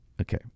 Okay